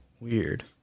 Weird